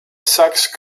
saxe